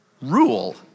Rule